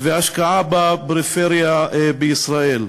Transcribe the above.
והשקעה בפריפריה בישראל.